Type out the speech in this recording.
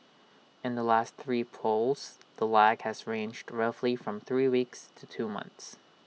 in the last three polls the lag has ranged roughly from three weeks to two months